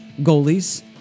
goalies